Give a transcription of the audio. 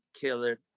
killer